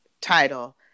title